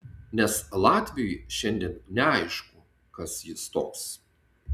nes latviui šiandien neaišku kas jis toks